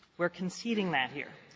we're conceding that here.